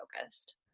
focused